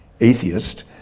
atheist